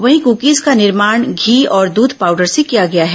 वहीं कृकीज का निर्माण घी और दूध पाउडर से किया गया है